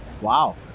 Wow